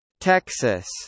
Texas